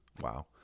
Wow